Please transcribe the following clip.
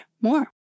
more